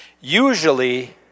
Usually